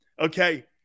Okay